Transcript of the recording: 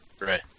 Right